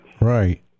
Right